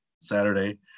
Saturday